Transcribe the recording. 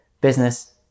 business